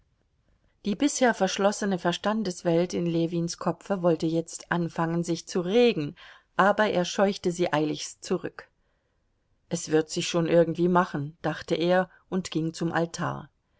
die bisher verschlossene verstandeswelt in ljewins kopfe wollte jetzt anfangen sich zu regen aber er scheuchte sie eiligst zurück es wird sich schon irgendwie machen dachte er und ging zum altar